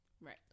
Right